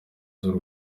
z’u